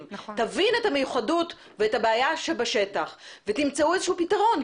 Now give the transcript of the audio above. תבין את המיוחדות ואת הבעיה בשטח ותמצאו איזשהו פתרון.